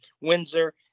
Windsor